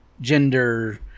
gender